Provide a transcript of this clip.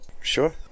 Sure